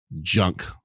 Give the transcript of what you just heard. junk